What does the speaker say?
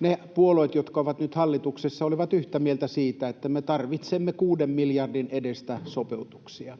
ne puolueet, jotka ovat nyt hallituksessa, olivat yhtä mieltä siitä, että me tarvitsemme kuuden miljardin edestä sopeutuksia.